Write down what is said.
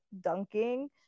dunking